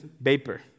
Vapor